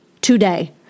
today